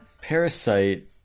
Parasite